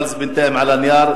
אבל זה בינתיים על הנייר.